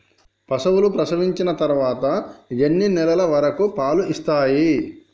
పశువులు ప్రసవించిన తర్వాత ఎన్ని నెలల వరకు పాలు ఇస్తాయి?